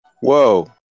Whoa